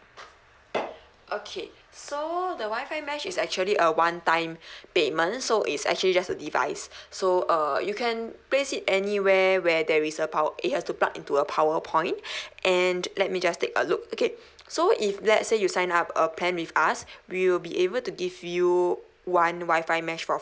okay so the wifi mesh is actually a one time payment so it's actually just a device so uh you can place it anywhere where there is a power it has to plug into a power point and let me just take a look okay so if let's say you sign up a plan with us we will be able to give you one wifi mesh for